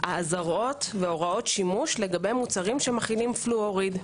אזהרות והוראות שימוש לגבי מוצרים שמכילים פלואוריד.